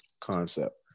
concept